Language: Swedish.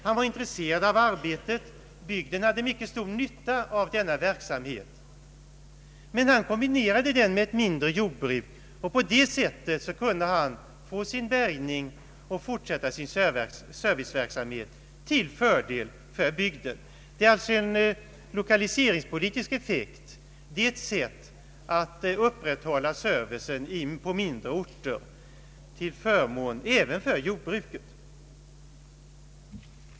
Han var intresserad av arbetet, och bygden hade mycket stor nytta av denna verksamhet. Han kombinerade den med ett mindre jordbruk, och på det sättet kunde han få sin bärgning och fortsätta sin serviceverksamhet till fördel för bygden. Det är alltså fråga om en lokaliseringspolitisk effekt, ett sätt att upprätthålla — serviceverksamhet = på mindre orter till förmån även för jordbruket.